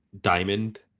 Diamond